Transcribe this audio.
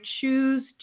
choose